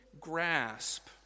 grasp